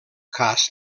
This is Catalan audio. cas